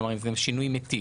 כלומר, גם על שינוי נתיב.